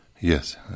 Yes